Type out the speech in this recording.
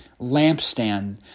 lampstand